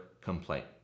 complaint